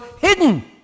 hidden